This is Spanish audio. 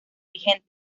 vigente